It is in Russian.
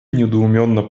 недоуменно